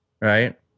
right